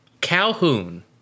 Calhoun